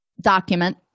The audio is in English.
document